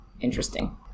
interesting